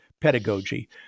pedagogy